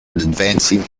advancing